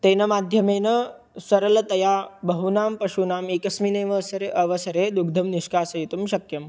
तेन माध्यमेन सरलतया बहूनां पशूनाम् एकस्मिन्नेवावसरे अवसरे दुग्धं निष्कासयितुं शक्यम्